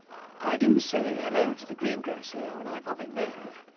i do say hello to the greengrocer when i pop in there.